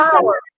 Power